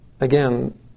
Again